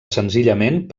senzillament